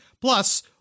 Plus